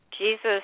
Jesus